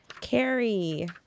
Carrie